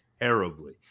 terribly